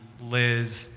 liz,